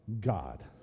God